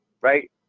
right